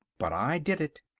but i did it.